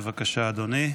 בבקשה, אדוני.